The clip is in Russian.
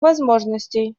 возможностей